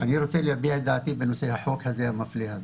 בדבריה לגבי החוק המפלה הזה.